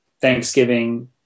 Thanksgiving